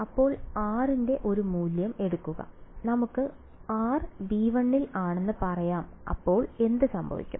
അപ്പോൾ r ന്റെ ഒരു മൂല്യം എടുക്കുക നമുക്ക് r V1 ൽ ആണെന്ന് പറയാം അപ്പോൾ എന്ത് സംഭവിക്കും